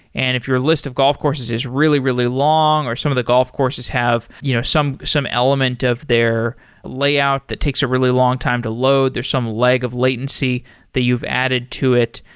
and if your list of golf courses is really, really long, or some of the golf courses have you know some some element of their layout that takes a really long time to load, there's some leg of latency that you've added to it,